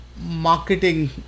marketing